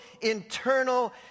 internal